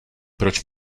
proč